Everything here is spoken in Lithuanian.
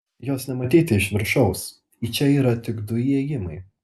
jos nematyti iš viršaus į čia yra tik du įėjimai